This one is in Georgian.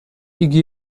იგი